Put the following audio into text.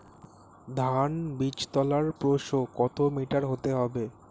ধান বীজতলার প্রস্থ কত মিটার হতে হবে?